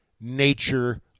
nature